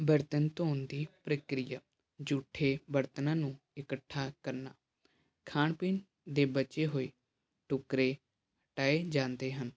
ਬਰਤਨ ਧੋਣ ਦੀ ਪ੍ਰਕ੍ਰਿਆ ਜੂਠੇ ਬਰਤਨਾਂ ਨੂੰ ਇਕੱਠਾ ਕਰਨਾ ਖਾਣ ਪੀਣ ਦੇ ਬਚੇ ਹੋਏ ਟੁਕਰੇ ਟਾਏ ਜਾਂਦੇ ਹਨ